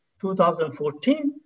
2014